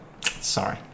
sorry